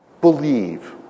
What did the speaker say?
believe